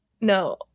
No